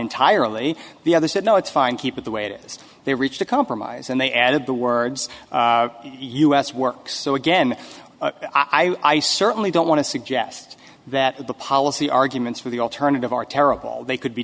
entirely the other said no it's fine keep it the way it is they reached a compromise and they added the words us work so again i certainly don't want to suggest that the policy arguments for the alternative are terrible they could be